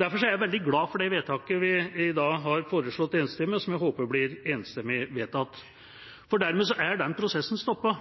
Derfor er jeg veldig glad for det vedtaket vi i dag enstemmig har foreslått, og som jeg håper blir enstemmig vedtatt. For dermed er den prosessen stoppet,